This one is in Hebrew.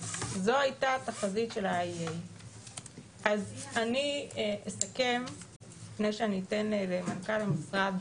זאת הייתה התחזית של ה- --- אז אני אסכם לפני שאתן למנכ"ל המשרד